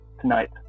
tonight